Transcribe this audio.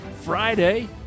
Friday